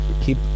Keep